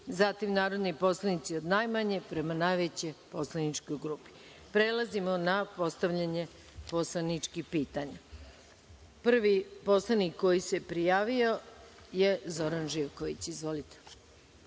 zatim narodni poslanici od najmanje prema najvećoj poslaničkoj grupi. Prelazimo na postavljanje poslaničkih pitanja. Prvi poslanik koji se prijavio je Zoran Živković. Izvolite.